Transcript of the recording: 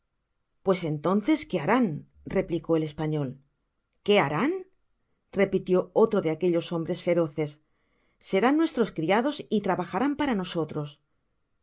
pues entonceá qué harán replicó el español qué harán repitió otro'de áiqa'ellos hombres feroces serán nuestros criados y trabajarán piara nosotros